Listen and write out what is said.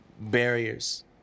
barriers